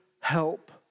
help